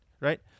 right